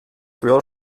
für